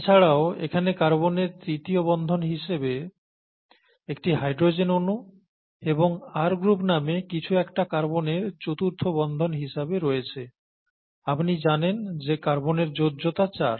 এছাড়াও এখানে কার্বনের তৃতীয় বন্ধন হিসাবে একটি হাইড্রোজেন অনু এবং R গ্রুপ নামে কিছু একটা কার্বনের চতুর্থ বন্ধন হিসাবে রয়েছে আপনি জানেন যে কার্বনের যোগ্যতা 4